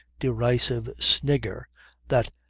derisive snigger that,